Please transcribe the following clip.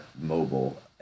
mobile